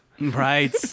Right